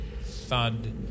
thud